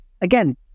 Again